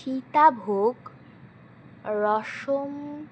Sitabhog রসম